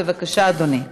בבקשה, אדוני.